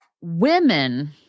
women